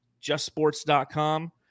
Justsports.com